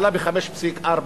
עלה ב-5.4%.